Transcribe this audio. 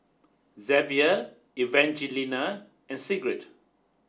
Zavier Evangelina and Sigrid